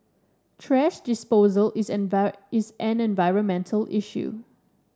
thrash disposal is an is an environmental issue